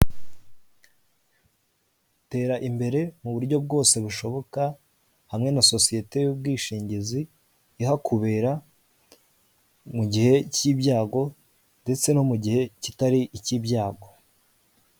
Tera imbere muburyo bwose bushoboka hamwe na sosiyete y'ubwishingizi ihakubera mugihe cy'ibyago ndetse no mugihe kitari ikibyago.